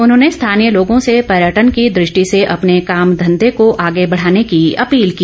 उन्होंने स्थानीय लोगों से पर्यटन की दृष्टि से अपने काम घंघे को आगे बढाने की अपील की